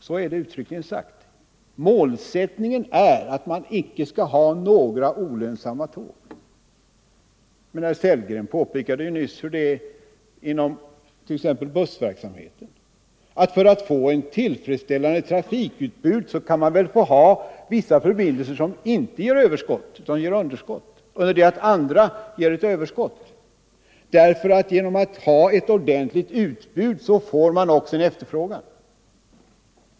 Så är det uttryckligen sagt: målsättningen är att man icke skall ha några olönsamma tåg. Herr Sellgren påpekade nyss hur det är inom exempelvis bussverksamheten; för att få ett tillfredsställande trafikutbud kan man ha vissa förbindelser som ger underskott under det att andra ger överskott. Genom att ha ett ordentligt utbud får man också en efterfrågan.